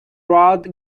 rudd